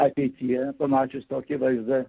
ateityje pamačius tokį vaizdą